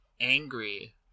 angry